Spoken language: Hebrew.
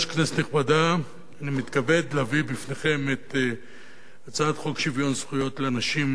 אני אקרא מה שכאן חיים כץ כתב לי.